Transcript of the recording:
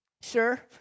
Sir